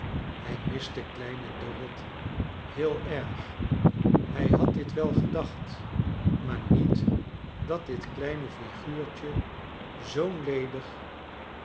hij miste kleine dorrit heel erg hij had dit wel gedacht maar niet dat dit kleine figuurtje zoo'n ledig